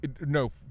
No